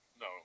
No